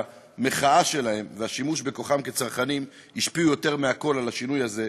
שהמחאה שלהם והשימוש בכוחם כצרכנים השפיעו יותר מהכול על השינוי הזה,